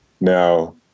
Now